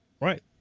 Right